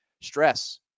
stress